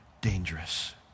dangerous